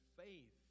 faith